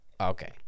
Okay